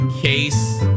case